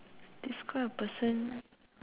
describe a person